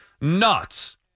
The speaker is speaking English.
nuts